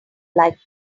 like